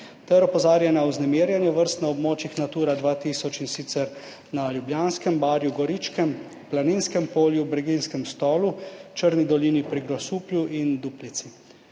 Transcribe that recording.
ter opozarja na vznemirjenje vrst na območjih Natura 2000, in sicer na Ljubljanskem barju, Goričkem, Planinskem polju, Breginjskem Stolu, v Črni dolini pri Grosuplju in Duplici.